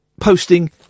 posting